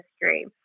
history